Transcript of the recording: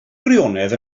gwirionedd